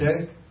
okay